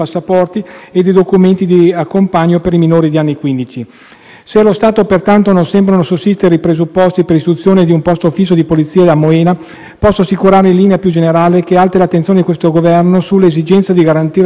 Se allo stato, pertanto, non sembrano sussistere i presupposti per l'istituzione di un posto fisso di polizia a Moena, posso assicurare, in linea più generale, che alta è l'attenzione di questo Governo sull'esigenza di garantire al territorio della Provincia di Trento più alti *standard* di sicurezza.